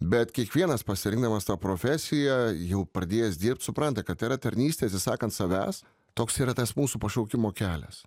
bet kiekvienas pasirinkdamas tą profesiją jau pradėjęs dirbt supranta kad tai yra tarnystė atsisakant savęs toks yra tas mūsų pašaukimo kelias